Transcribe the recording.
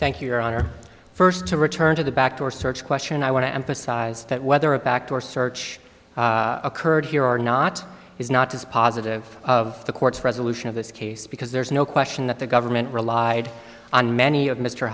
thank you your honor first to return to the back door search question i want to emphasize that whether a back door search occurred here are not is not dispositive of the court's resolution of this case because there is no question that the government relied on many of mr